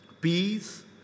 peace